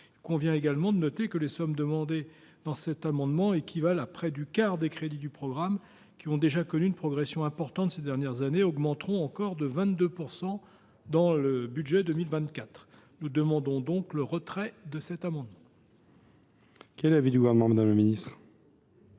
Il convient également de noter que les sommes demandées dans cet amendement équivalent à près du quart des crédits du programme, qui ont déjà connu une progression importante ces dernières années, et qui augmentent encore de 22 % dans le budget 2024. Nous demandons donc le retrait de cet amendement. Quel est l’avis du Gouvernement ? Je suis très